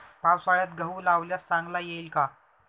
पावसाळ्यात गहू लावल्यास चांगला येईल का?